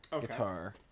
guitar